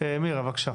מירה, בבקשה.